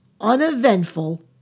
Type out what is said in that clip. uneventful